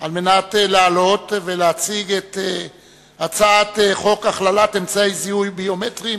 על מנת להציג את הצעת חוק הכללת אמצעי זיהוי ביומטריים